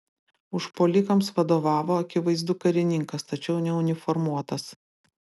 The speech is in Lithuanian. užpuolikams vadovavo akivaizdu karininkas tačiau neuniformuotas